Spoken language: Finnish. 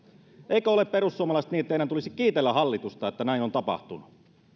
eikö ole perussuomalaiset niin että teidän tulisi kiitellä hallitusta että näin on tapahtunut